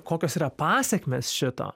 kokios yra pasekmės šito